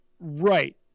Right